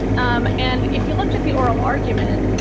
um and if you looked at the oral argument,